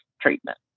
treatment